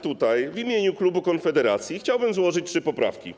Tak więc w imieniu klubu Konfederacji chciałbym złożyć trzy poprawki.